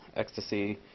ecstasy,